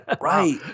Right